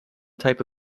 type